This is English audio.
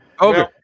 Okay